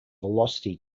velocity